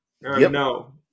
No